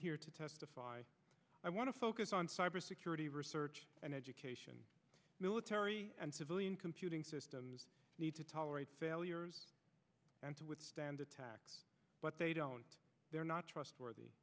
here to testify i want to focus on cybersecurity research and education military and civilian computing systems need to tolerate failures and to withstand attacks but they don't they're not trustworthy